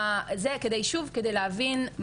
מי זאת הנפגעת וכו', כדי להבין.